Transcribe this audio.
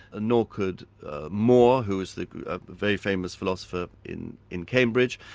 nor could moore, who was the very famous philosopher in in cambridge.